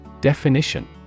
Definition